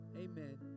Amen